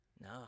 No